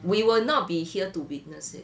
we will not be here to witness it